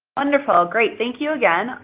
wonderful. great. thank you again.